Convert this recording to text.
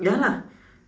ya lah